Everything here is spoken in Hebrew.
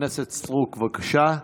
חברת הכנסת סטרוק, בבקשה.